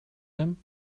him